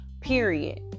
period